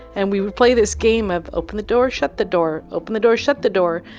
and we would play this game of open the door, shut the door, open the door, shut the door.